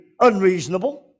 unreasonable